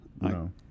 No